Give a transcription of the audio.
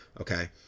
Okay